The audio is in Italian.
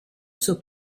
suo